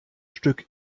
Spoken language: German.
stück